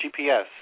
GPS